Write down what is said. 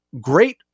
Great